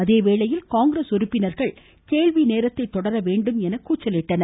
அதே வேளையில் காங்கிரஸ் உறுப்பினர்கள் கேள்வி நேரத்தை தொடர வேண்டும் என கூச்சலிட்டனர்